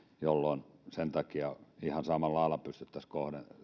jolloin sen takia ihan samalla lailla pystyttäisiin